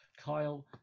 Kyle